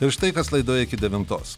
ir štai kas laidoje iki devintos